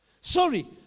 Sorry